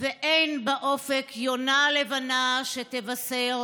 ואין באופק יונה לבנה שתבשר: